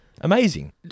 Amazing